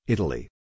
Italy